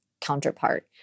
counterpart